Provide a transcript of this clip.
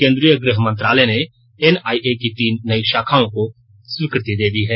केंद्रीय गृह मंत्रालय ने एनआईए की तीन नई शाखाओं की स्वीकृति दे दी है